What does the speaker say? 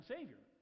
Savior